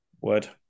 word